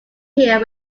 here